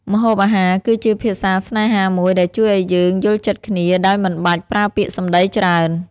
ម្ហូបអាហារគឺជាភាសាស្នេហាមួយដែលជួយឱ្យយើងយល់ចិត្តគ្នាដោយមិនបាច់ប្រើពាក្យសម្តីច្រើន។